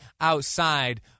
outside